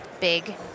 big